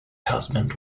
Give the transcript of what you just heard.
husband